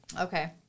Okay